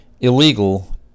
illegal